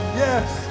yes